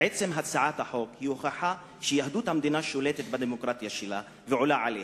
עצם הצעת החוק היא הוכחה שיהדות המדינה שולטת בדמוקרטיה שלה ועולה עליה,